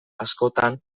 askotan